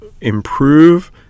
improve